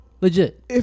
Legit